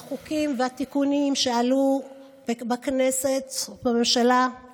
החוקים והתיקונים שעלו בכנסת ובממשלה,